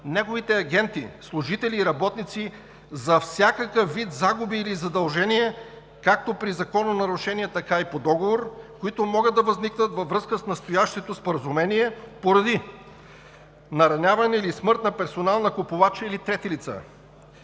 неговите агенти, служители и работници за всякакъв вид загуби или задължения както при закононарушения, така и по договор, които могат да възникнат във връзка с настоящето споразумение, поради нараняване или смърт на персонал на купувача или трети лица,